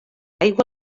aigua